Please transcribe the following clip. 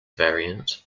variant